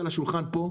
על השולחן פה,